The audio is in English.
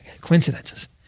coincidences